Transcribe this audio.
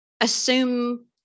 assume